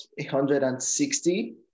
160